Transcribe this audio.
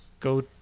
Go